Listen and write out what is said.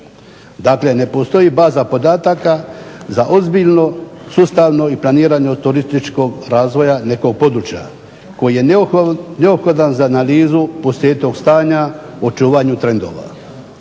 Dakle ne postoji baza podataka za ozbiljno sustavno planiranje turističkog razvoja nekog područja koji je neophodan za analizu postojećeg stanja o očuvanju trendova.